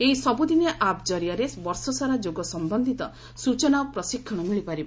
ଏହି ସବୁଦିନିଆ ଆପ୍ ଜରିଆରେ ବର୍ଷସାରା ଯୋଗ ସମ୍ଭନ୍ଧିତ ସୂଚନା ଓ ପ୍ରଶିକ୍ଷଣ ମିଳିପାରିବ